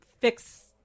fix